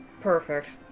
Perfect